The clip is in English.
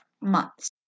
months